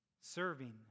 Serving